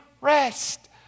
rest